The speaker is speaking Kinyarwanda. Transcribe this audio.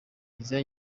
iza